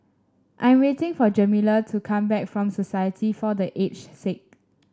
I'm waiting for Jamila to come back from Society for The Aged Sick